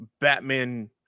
batman